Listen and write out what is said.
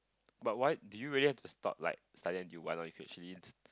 but what do you really have to stop like studying until one you can actually